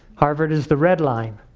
harvard is the red line.